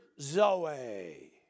zoe